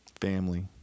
family